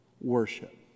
worship